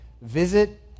visit